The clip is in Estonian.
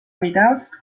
videost